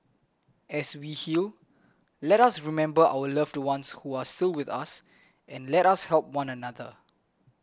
as we heal let us remember our loved ones who are so with us and let us help one another